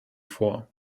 vor